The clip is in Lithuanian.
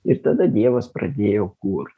ir tada dievas pradėjo kurt